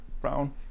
Brown